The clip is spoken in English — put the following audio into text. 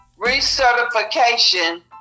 recertification